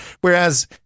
Whereas